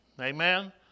Amen